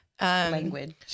Language